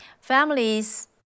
families